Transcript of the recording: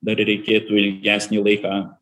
dar reikėtų ilgesnį laiką